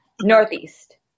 Northeast